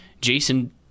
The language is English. Jason